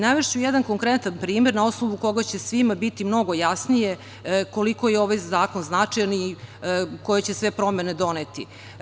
Navešću jedan konkretan primer, a na osnovu koga će svima biti mnogo jasnije koliko je ovaj zakon značajan i koje će sve promene doneti.